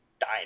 die